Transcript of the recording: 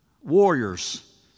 warriors